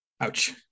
Ouch